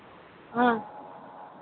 ꯑꯥ